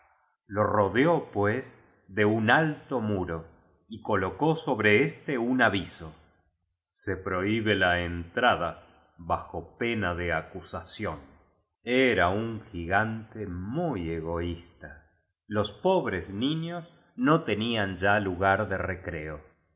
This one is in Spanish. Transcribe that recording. lo rodeó pues de un alto muro y co locó sobre éste un aviso se prohibe la entrada bajo pena de acusación era un gigante muy egoísta los pobres niños no tenían ya lugar de recreo